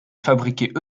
fabriquer